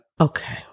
Okay